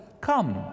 Come